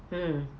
mm